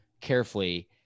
carefully